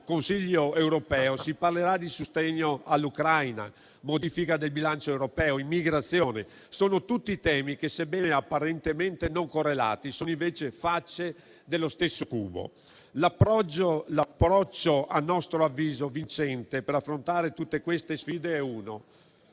Consiglio europeo si parlerà di sostegno all'Ucraina, modifica del bilancio europeo e immigrazione: sono tutti temi che, sebbene apparentemente non correlati, sono invece facce dello stesso cubo. L'approccio vincente per affrontare tutte queste sfide a